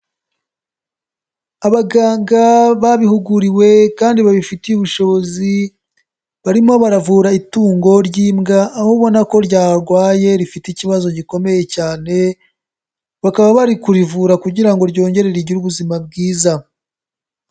Abaganga babihuguriwe kandi babifitiye ubushobozi barimo baravura itungo ry'imbwa aho ubona ko ryarwaye rifite ikibazo gikomeye cyane, bakaba bari kurivura kugira ngo ryongere rigire ubuzima bwiza.